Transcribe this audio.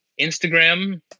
Instagram